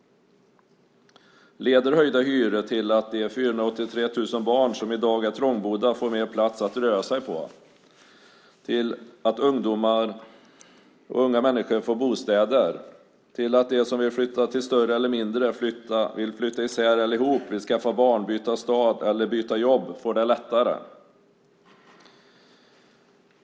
Leder höjda hyror till att de 483 000 barn som i dag är trångbodda får mer plats att röra sig på? Leder det till att unga människor får bostäder, till att de som vill flytta till större eller mindre lägenheter, flytta isär eller ihop, skaffa barn, byta stad eller byta jobb får det lättare?